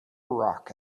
rock